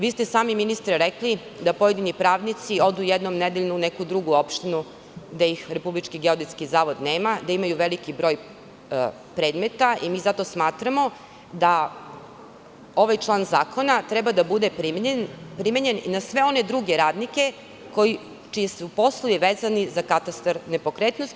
Vi ste i sami, ministre, rekli da pojedini pravnici odu jednom nedeljno u neku drugu opštinu, gde ih RGZ nema, gde imaju veliki broj predmeta i zato smatramo da ovaj član zakona treba da bude primenjen i na sve one druge radnike čiji su poslovi vezani za katastar nepokretnosti.